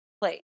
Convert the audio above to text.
place